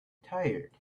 tired